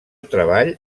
treball